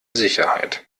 sicherheit